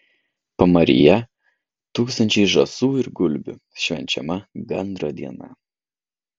pamaryje tūkstančiai žąsų ir gulbių švenčiama gandro diena